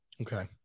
Okay